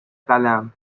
قلم